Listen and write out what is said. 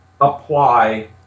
apply